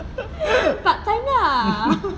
part time lah